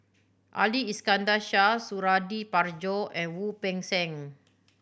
Ali Iskandar Shah Suradi Parjo and Wu Peng Seng